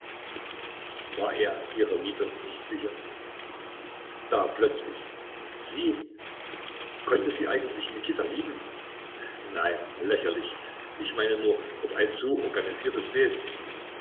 war er ihrer liebe nicht sicher da plötzlich sie konnte sie eigentlich mikita lieben nein lächerlich ich meine nur ob ein so organisiertes wesen